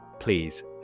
Please